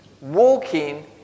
walking